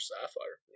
Sapphire